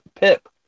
Pip